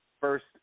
First